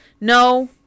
No